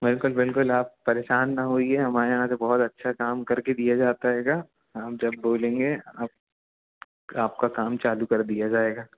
बिलकुल बिलकुल आप परेशान न होइए हमारे यहाँ से बहुत अच्छा काम करके दिया जाता है गा आप जब बोलेंगे आप आपका काम चालू कर दिया जाएगा